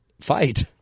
fight